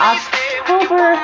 October